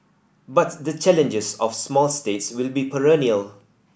but the challenges of small states will be perennial